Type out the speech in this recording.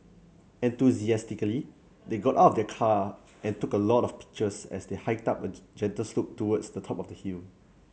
enthusiastically they got out of the car and took a lot of pictures as they hiked up a gentle slope towards the top of the hill